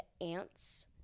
ants